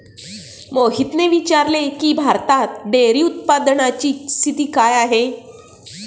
मोहितने विचारले की, भारतात डेअरी उत्पादनाची स्थिती काय आहे?